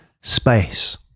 space